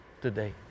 today